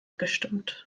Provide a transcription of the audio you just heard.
gestimmt